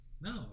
No